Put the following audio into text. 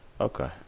Okay